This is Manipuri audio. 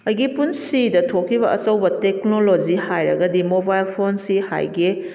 ꯑꯩꯒꯤ ꯄꯨꯟꯁꯤꯗ ꯊꯣꯛꯈꯤꯕ ꯑꯆꯧꯕ ꯇꯦꯛꯅꯣꯂꯣꯖꯤ ꯍꯥꯏꯔꯒꯗꯤ ꯃꯣꯕꯥꯏꯜ ꯐꯣꯟꯁꯤ ꯍꯥꯏꯒꯦ